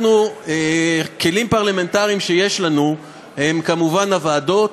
הכלים הפרלמנטריים שיש לנו הם כמובן הוועדות,